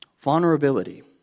Vulnerability